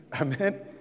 Amen